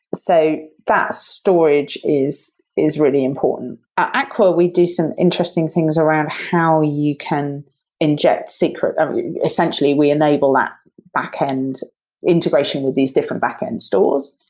so that storage is is really important. at aqua we do some interesting things around how you can inject secret um essentially, we enable that backend integration with these different backend stores.